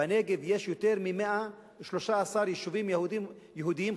בנגב יש יותר מ-113 יישובים יהודיים,